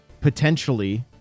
potentially